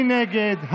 מי נגד?